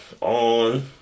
on